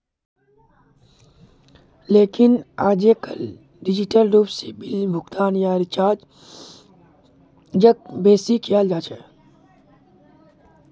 लेकिन आयेजकल डिजिटल रूप से बिल भुगतान या रीचार्जक बेसि कियाल जा छे